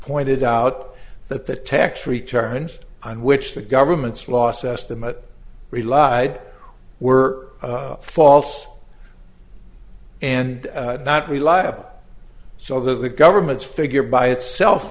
pointed out that the tax returns on which the government's loss estimate relied were false and not reliable so the government's figure by itself